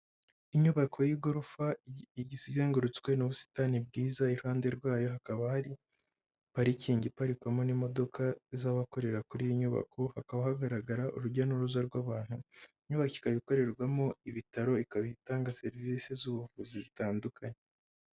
Inyubako y'igorofa izengurutswe n'ubusitani bwiza, iruhande rwayo hakaba hari parikingi iparikwamo n'imodoka z'abakorera kuri iyi nyubako. Hakaba hagaragara urujya n'uruza rw'abantu, iyi nyubako ikaba ikorerwamo ibitaro, ikaba itanga serivisi z'ubuvuzi zitandukanye.